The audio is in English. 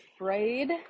afraid